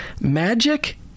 magic